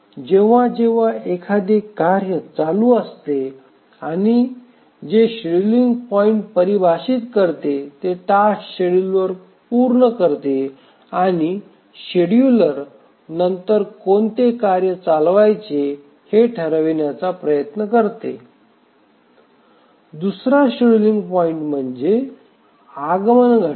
जेव्हा जेव्हा एखादे कार्य चालू असते आणि जे शेड्यूलिंग पॉईंट परिभाषित करते ते टास्क शेड्यूलर पूर्ण करते आणि शेड्यूलर नंतर कोणते कार्य चालवायचे हे ठरविण्याचा प्रयत्न करते दुसरा शेड्यूलिंग पॉईंट म्हणजे म्हणजे आगमन घटना